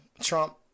Trump